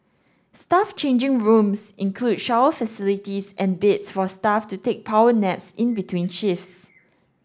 staff changing rooms include shower facilities and beds for staff to take power naps in between shifts